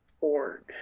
org